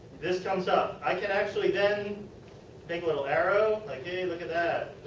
this comes up. i can actually then make a little arrow, like look at that.